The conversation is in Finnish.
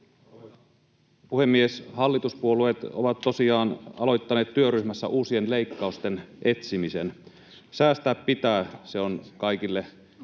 puhemies! Hallituspuolueet ovat tosiaan aloittaneet työryhmässä uusien leikkausten etsimisen. Säästää pitää, se on kaikille